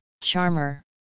Charmer